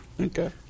Okay